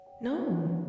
no